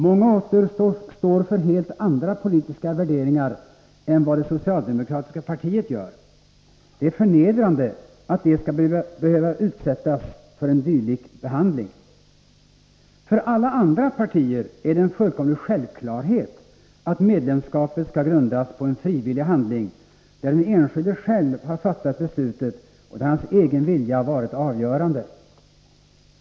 Många åter står för helt andra politiska värderingar än vad det socialdemokratiska partiet gör. Det är förnedrande att de skall behöva utsättas för en dylik behandling. För alla andra partier är det en fullkomlig självklarhet att medlemskapet skall grundas på en frivillig handling, där den enskilde själv har fattat beslutet och där hans egen vilja har varit avgörande.